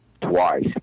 twice